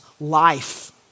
life